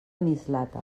mislata